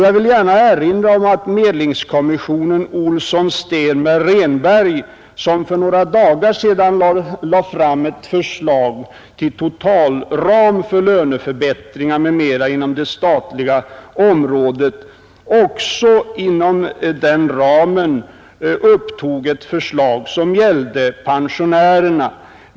Jag vill också erinra om att medlingskommissionen Olsson—Stenberg—Renberg, som för några dagar sedan lade fram ett förslag till totalramen för löneförbättringar m.m. inom det statliga området, också inom den ramen upptog ett förslag som gällde pensionärerna.